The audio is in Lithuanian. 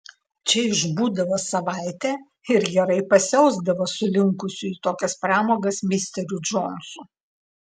čia išbūdavo savaitę ir gerai pasiausdavo su linkusiu į tokias pramogas misteriu džonsu